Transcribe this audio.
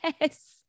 Yes